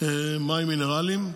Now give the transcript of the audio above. מים מינרליים?